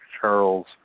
Charles